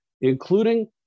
including